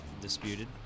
disputed